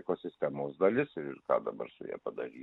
ekosistemos dalis ir ką dabar su ja padaryt